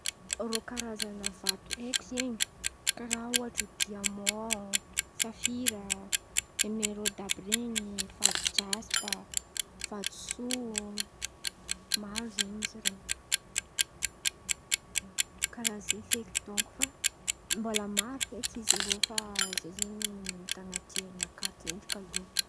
Rô Karazan̈a vato haiko zen̈y karà ohatra diamon, safira, hemerôda, jaspa, vatoso, maro zen̈y izy reo Karà zen̈y feky donko fa mbola maro feky izy rô fa zen̈y tan̈aty jerinakà tsendriky aloha.